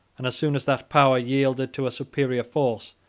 and as soon as that power yielded to a superior force,